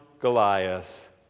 Goliath